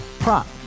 Prop